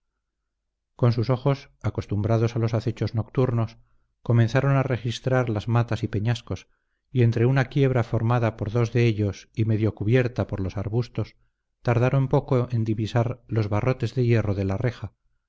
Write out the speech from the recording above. con sus ojos acostumbrados a los acechos nocturnos comenzaron a registrar las matas y peñascos y entre una quiebra formada por dos de ellos y medio cubierta por los arbustos tardaron poco en divisar los barrotes de hierro de la reja